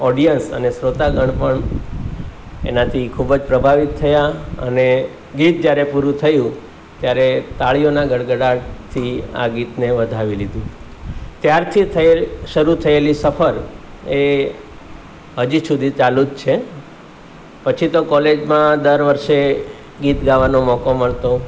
audience અને શ્રોતાગણ પણ એનાથી ખૂબ જ પ્રભાવિત થયા અને ગીત જ્યારે પૂરું થયું ત્યારે તાળીઓના ગળગળાટથી આ ગીતને વધાવી લીધું ત્યારથી થયેલ શરૂ થયેલી સફર એ હજી સુધી ચાલુ જ છે પછી તો કોલેજમાં દર વર્ષે ગીત ગાવાનો મોકો મળતો